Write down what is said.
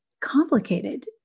complicated